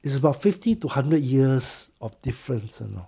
it's about fifty to hundred years of difference you know